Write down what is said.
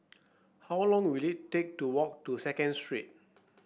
how long will it take to walk to Second Street